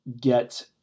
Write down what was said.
get